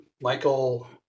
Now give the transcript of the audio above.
Michael